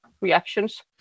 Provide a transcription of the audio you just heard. reactions